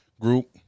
group